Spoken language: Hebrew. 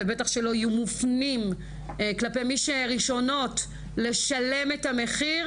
ובטח שלא יהיו מופנים כלפי מי שהן ראשונות לשלם את המחיר,